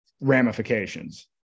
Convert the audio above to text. ramifications